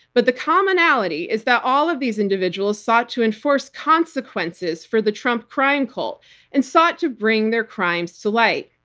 but the commonality is that all of these individuals sought to enforce consequences for the trump crime cult and sought to bring their crimes to light.